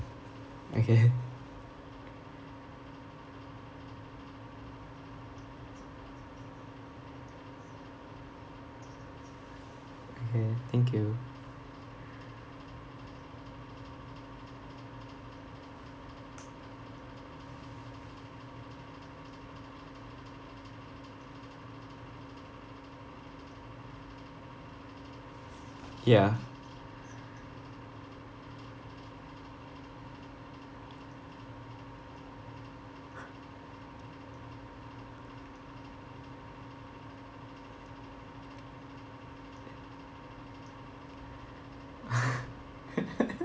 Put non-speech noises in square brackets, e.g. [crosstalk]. okay [laughs] okay thank you ya [laughs]